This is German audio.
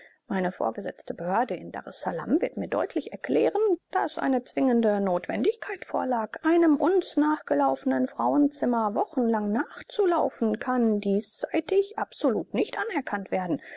meine vorgesetzte behörde in daressalam wird mir deutlich erklären daß eine zwingende notwendigkeit vorlag einem uns nachgelaufenen frauenzimmer wochenlang nachzulaufen kann diesseitig absolut nicht anerkannt werden